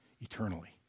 eternally